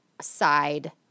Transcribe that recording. side